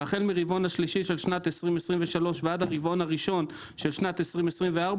והחל ברבעון השלישי של שנת 2023 ועד הרבעון הראשון של שנת 2024,